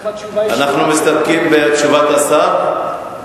אנחנו מסתפקים בתשובת השר?